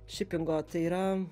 šipingo tai yra